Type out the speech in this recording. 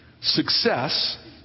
success